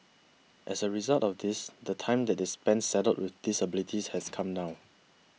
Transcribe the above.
as a result of this the time that they spend saddled with disabilities has come down